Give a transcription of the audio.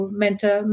mentor